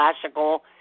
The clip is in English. classical